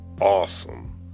awesome